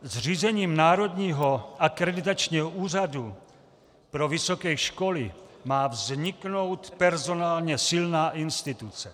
Zřízením Národního akreditačního úřadu pro vysoké školy má vzniknout personálně silná instituce.